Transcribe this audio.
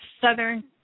southern